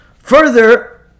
further